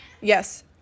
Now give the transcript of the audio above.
Yes